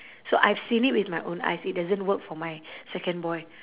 so I've seen it with my own eyes it doesn't work for my second boy